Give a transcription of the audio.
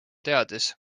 teadis